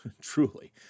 truly